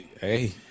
Hey